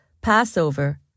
Passover